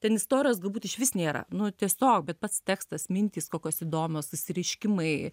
ten istorijos galbūt išvis nėra nu tiesiog bet pats tekstas mintys kokios įdomios išsireiškimai